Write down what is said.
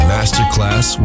Masterclass